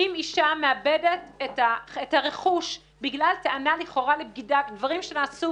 אם אישה מאבדת את הרכוש בגלל טענה לכאורה לבגידה דברים שנעשו